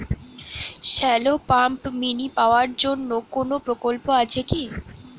Shallow pump mini power জন্য কোনো প্রকল্প আছে কি?